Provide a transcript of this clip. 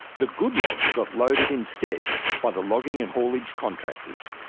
the good logs got loaded instead by the logging and haulage contractors.